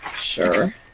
sure